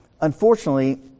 Unfortunately